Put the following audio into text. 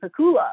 Pakula